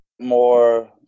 more